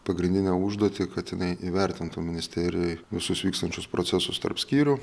pagrindinę užduotį kad jinai įvertintų ministerijoj visus vykstančius procesus tarp skyrių